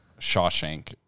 Shawshank